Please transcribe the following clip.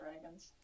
Dragons